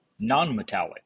nonmetallic